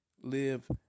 live